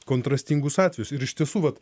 kontrastingus atvejus ir iš tiesų vat